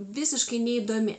visiškai neįdomi